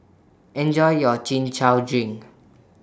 Enjoy your Chin Chow Drink